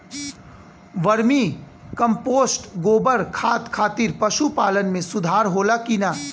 Vermi compost गोबर खाद खातिर पशु पालन में सुधार होला कि न?